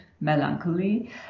melancholy